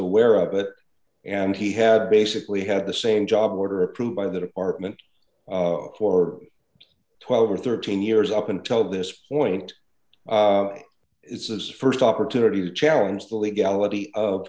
aware of it and he had basically had the same job were approved by the department of for twelve or thirteen years up until this point is is st opportunity to challenge the legality of